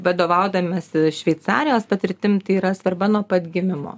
vadovaudamasi šveicarijos patirtim tai yra svarba nuo pat gimimo